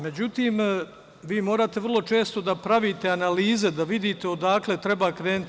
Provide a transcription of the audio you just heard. Međutim morate vrlo često da pravite analize, da vidite odakle treba krenuti.